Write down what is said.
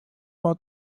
war